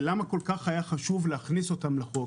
למה היה חשוב כל כך להכניס את מכלי המשקה הגדולים האלה לחוק?